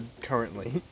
currently